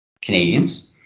Canadians